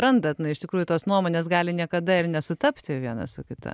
randate na iš tikrųjų tos nuomonės gali niekada ir nesutapti viena su kita